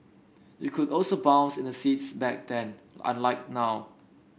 you could also bounce in the seats back then unlike now